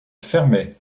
fermé